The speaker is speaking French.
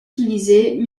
utilisés